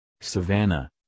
Savannah